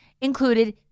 included